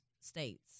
states